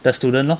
the student lor